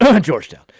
Georgetown